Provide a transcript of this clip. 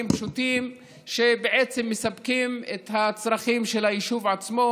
פשוטים שבעצם מספקים את הצרכים של היישוב עצמו,